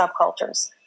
subcultures